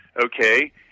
okay